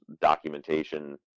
documentation